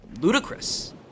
ludicrous